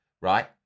right